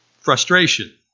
frustration